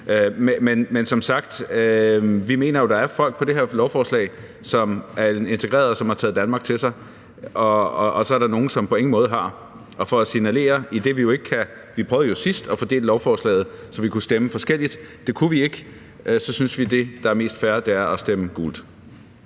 Men som sagt mener vi jo, at der er folk på det her lovforslag, som er integrerede, og som har taget Danmark til sig, og så er der nogle, som på ingen måde har det. Vi prøvede jo sidst at få delt lovforslaget, så vi kunne stemme forskelligt, og det kunne vi ikke. Og så synes vi, at det er mest fair at stemme gult.